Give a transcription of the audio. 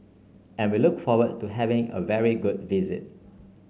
and we look forward to having a very good visit